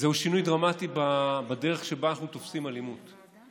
זהו שינוי דרמטי בדרך שבה אנחנו תופסים אלימות.